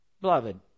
Beloved